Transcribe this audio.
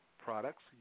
products